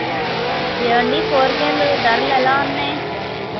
ఏమండి కూరగాయలు ధరలు ఎలా ఉన్నాయి